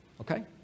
Okay